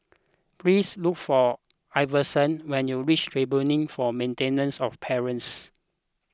please look for Iverson when you reach Tribunal for Maintenance of Parents